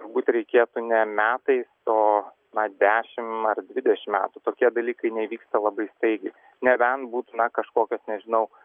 turbūt reikėtų ne metais o na dešim ar dvidešim metų tokie dalykai nevyksta labai staigiai nebent būtų na kažkokios nežinau